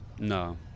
No